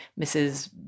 Mrs